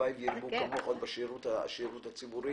והלוואי וירבו כמוך בשירות הציבורי,